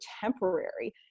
temporary